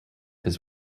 his